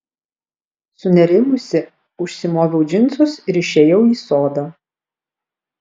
sunerimusi užsimoviau džinsus ir išėjau į sodą